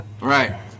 Right